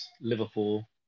Liverpool